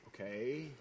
Okay